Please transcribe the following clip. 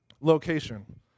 location